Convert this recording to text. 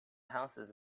houses